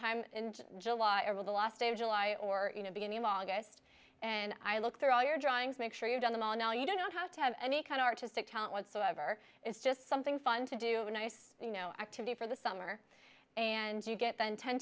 sometime in july over the last day of july or beginning of august and i look through all your drawings make sure you've done them all now you don't have to have any kind of artistic talent whatsoever it's just something fun to do a nice you know activity for the summer and you get then ten